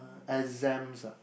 uh exams ah